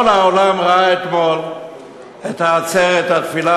כל העולם ראה אתמול את עצרת התפילה